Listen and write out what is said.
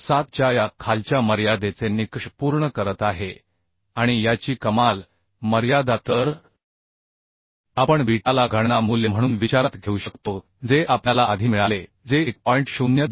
7 च्या या खालच्या मर्यादेचे निकष पूर्ण करत आहे आणि याची कमाल मर्यादा तर आपण बीटाला गणना मूल्य म्हणून विचारात घेऊ शकतो जे आपल्याला आधी मिळाले जे 1